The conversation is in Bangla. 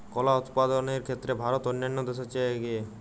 কলা উৎপাদনের ক্ষেত্রে ভারত অন্যান্য দেশের চেয়ে এগিয়ে